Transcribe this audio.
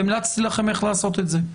והמלצתי לכם איך לעשות את זה.